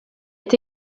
est